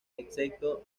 excepto